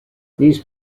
these